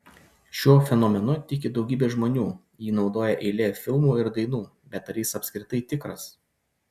šiuo fenomenu tiki daugybė žmonių jį naudoja eilė filmų ir dainų bet ar jis apskritai tikras